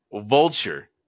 Vulture